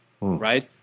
right